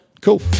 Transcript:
cool